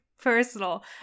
personal